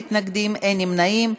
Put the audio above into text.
לקריאה ראשונה.